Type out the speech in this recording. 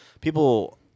People